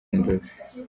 nzove